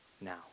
now